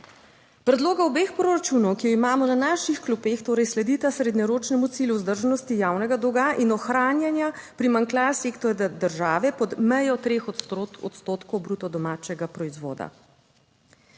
Predloga obeh proračunov, ki jo imamo na naših klopeh torej sledita srednjeročnemu cilju vzdržnosti javnega dolga in ohranjanja primanjkljaja sektorja države pod mejo 3 odstotkov bruto domačega proizvoda.